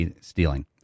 stealing